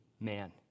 man